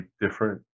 different